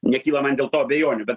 nekyla man dėl to abejonių bet